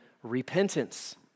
repentance